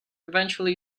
eventually